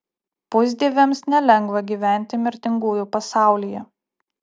pusdieviams nelengva gyventi mirtingųjų pasaulyje